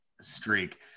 streak